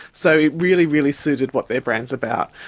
so it really, really suited what their brand's about.